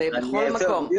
זה בכל מקום.